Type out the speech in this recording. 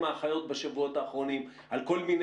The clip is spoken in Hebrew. על מנת שמערכת הבריאות תוכל להתפתח על כלל